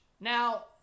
Now